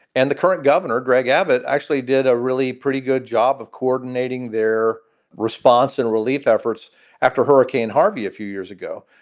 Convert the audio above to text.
and the current governor, greg abbott, actually did a really pretty good job of coordinating their response and relief efforts after hurricane harvey a few years ago.